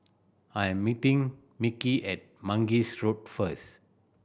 I am meeting Mickie at Mangis Road first